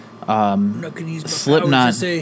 Slipknot